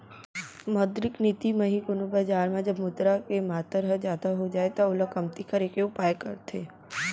मौद्रिक नीति म ही कोनो बजार म जब मुद्रा के मातर ह जादा हो जाय त ओला कमती करे के उपाय करथे